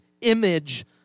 image